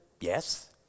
yes